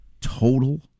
total